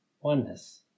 oneness